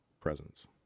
presence